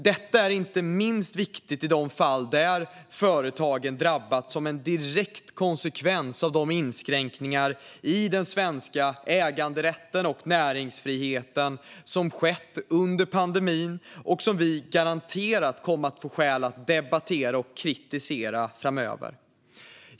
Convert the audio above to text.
Det är inte minst viktigt i de fall företagen har drabbats som en direkt konsekvens av inskränkningarna i den svenska äganderätten och näringsfriheten under pandemin och som vi garanterat kommer att få skäl att debattera och kritisera framöver.